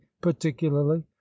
particularly